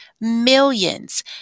millions